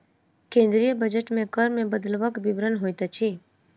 केंद्रीय बजट मे कर मे बदलवक विवरण होइत अछि